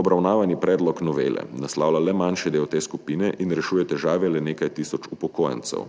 Obravnavani predlog novele naslavlja le manjši del te skupine in rešuje težave le nekaj tisoč upokojencev.